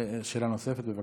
שאלה נוספת, בבקשה.